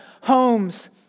homes